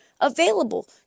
available